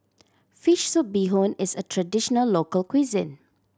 fish soup bee hoon is a traditional local cuisine